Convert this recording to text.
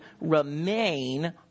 remain